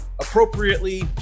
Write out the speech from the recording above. appropriately